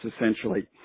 essentially